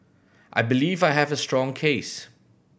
I believe I have a strong case